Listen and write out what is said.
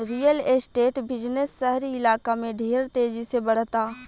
real estate business शहरी इलाका में ढेर तेजी से बढ़ता